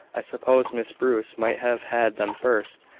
i supposed miss bruce might have had them first.